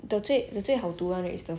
not I feel like not very nice really